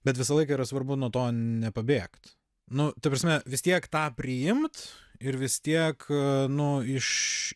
bet visą laiką yra svarbu nuo to nepabėgt nu ta prasme vis tiek tą priimt ir vis tiek nu iš